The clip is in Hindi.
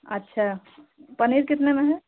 अच्छा पनीर कितना में है